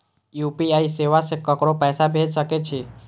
UPI सेवा से ककरो पैसा भेज सके छी?